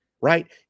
right